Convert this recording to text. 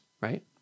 Right